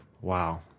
wow